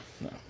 no